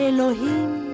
Elohim